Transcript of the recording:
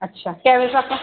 ਅੱਛਾ ਕਿੰਨੇ ਵਜੇ ਤੱਕ